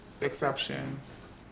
exceptions